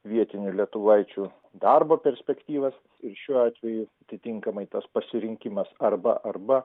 vietinių lietuvaičių darbo perspektyvas ir šiuo atveju atitinkamai tas pasirinkimas arba arba